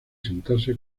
sentarse